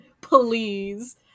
please